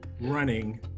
running